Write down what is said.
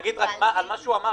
שגית, רק על מה שהוא אמר.